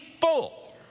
full